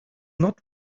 not